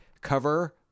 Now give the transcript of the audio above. cover